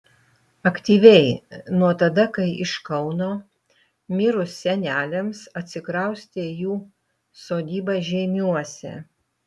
aktyviai nuo tada kai iš kauno mirus seneliams atsikraustė į jų sodybą žeimiuose